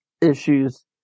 issues